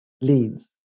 leads